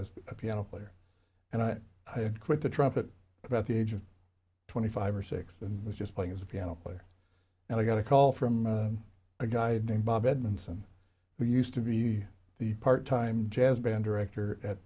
as a piano player and i quit the trumpet about the age of twenty five or six was just playing as a piano player and i got a call from a guy named bob edmonson who used to be the part time jazz band director at